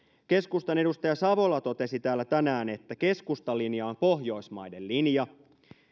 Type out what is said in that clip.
keskustan edustaja savola totesi täällä tänään että keskustan linja on pohjoismaiden linja